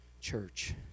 church